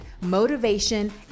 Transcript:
motivation